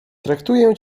traktuję